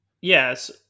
Yes